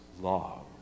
love